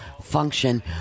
function